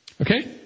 Okay